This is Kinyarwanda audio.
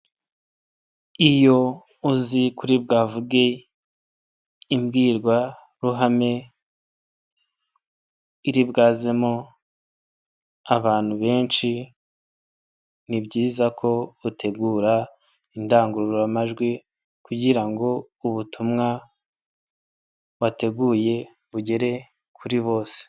Iyo uzi ko uri bwavuge imbwirwaruhame iribwazemo abantu benshi, ni byiza ko utegura indangururamajwi kugira ngo ubutumwa wateguye bugere kuri bose.